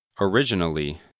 originally